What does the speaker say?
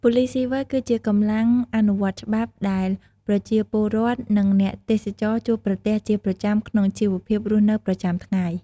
ប៉ូលិសស៊ីវិលគឺជាកម្លាំងអនុវត្តច្បាប់ដែលប្រជាពលរដ្ឋ និងអ្នកទេសចរជួបប្រទះជាប្រចាំក្នុងជីវភាពរស់នៅប្រចាំថ្ងៃ។